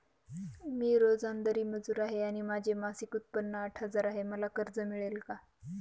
मी रोजंदारी मजूर आहे आणि माझे मासिक उत्त्पन्न आठ हजार आहे, मला कर्ज मिळेल का?